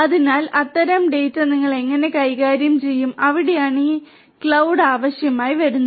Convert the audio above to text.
അതിനാൽ അത്തരം ഡാറ്റ നിങ്ങൾ എങ്ങനെ കൈകാര്യം ചെയ്യും അവിടെയാണ് ഈ മേഘം ആവശ്യമായി വരുന്നത്